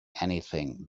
anything